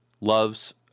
loves